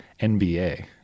NBA